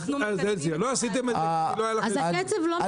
אנחנו מקדמים את התהליך --- אז הקצב לא מקובל עלינו כחברי כנסת.